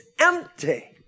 empty